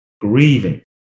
grieving